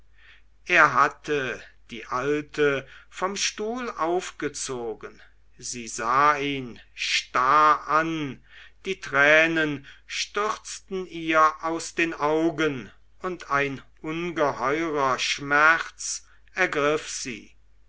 er hatte die alte vom stuhl aufgezogen sie sah ihn starr an die tränen stürzten ihr aus den augen und ein ungeheurer schmerz ergriff sie